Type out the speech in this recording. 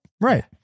Right